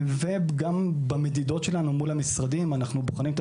גם במדידות שלנו מול המשרדים אנחנו בוחנים את